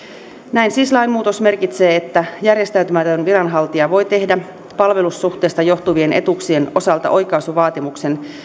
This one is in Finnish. näin siis lainmuutos merkitsee että järjestäytymätön viranhaltija voi tehdä palvelussuhteesta johtuvien etuuksien osalta oikaisuvaatimuksen